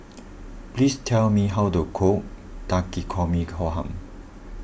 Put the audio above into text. please tell me how to cook Takikomi Gohan